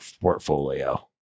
portfolio